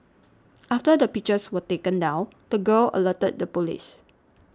after the pictures were taken down the girl alerted the police